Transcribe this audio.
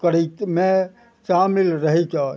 करैतमे शामिल रह रहिके